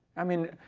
i mean,